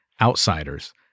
outsiders